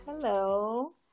hello